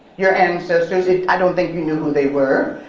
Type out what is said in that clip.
your ancestors, and i don't think you knew who they were.